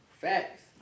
Facts